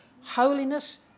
Holiness